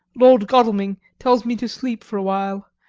lord godalming tells me to sleep for a while,